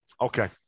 Okay